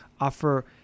offer